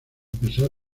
pesar